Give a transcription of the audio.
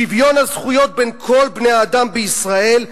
שוויון הזכויות בין כל בני האדם בישראל,